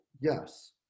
yes